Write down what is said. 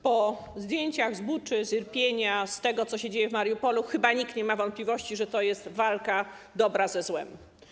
Po zdjęciach z Buczy, z Irpienia, z tego, co się dzieje w Mariupolu, chyba nikt nie ma wątpliwości, że to jest walka dobra ze złem.